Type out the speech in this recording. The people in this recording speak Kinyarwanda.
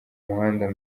muhanda